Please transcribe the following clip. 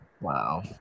Wow